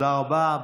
תודה רבה.